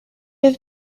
have